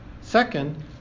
Second